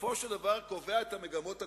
בסופו של דבר קובע את המגמות הגדולות.